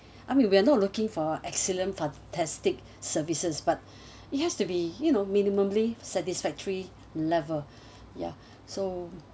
I mean we're not looking for excellent fantastic services but it has to be you know minimally satisfactory level ya so